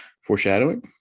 foreshadowing